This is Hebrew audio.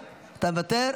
מוותר,